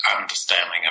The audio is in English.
understanding